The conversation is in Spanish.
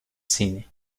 cine